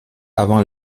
avant